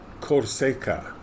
Corsica